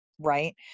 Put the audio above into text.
right